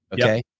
Okay